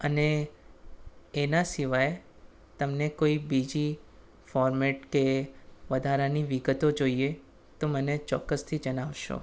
અને એના સિવાય તમને કોઈ બીજી ફોર્મેટ કે વધારાની વિગતો જોઈએ તો મને ચોક્કસથી જણાવશો